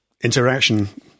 interaction